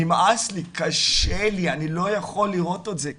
נמאס לי, קשה לי, אני לא יכול לראות את זה כבר,